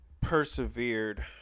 persevered